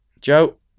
Joe